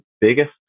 biggest